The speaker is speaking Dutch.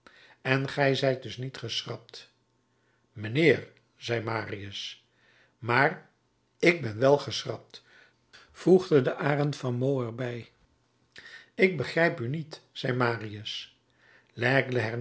en gij zijt dus niet geschrapt mijnheer zei marius maar ik ben wèl geschrapt voegde de arend van meaux er bij ik begrijp u niet zei marius